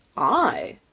i!